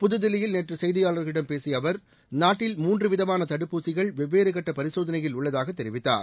புதுதில்லியில் நேற்று செய்தியாளர்களிடம் பேசிய அவர் நாட்டில் மூன்று விதமான தடுப்பூசிகள் வெவ்வேறு கட்ட பரிசோதனையில் உள்ளதாக தெரிவித்தார்